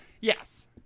Yes